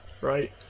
right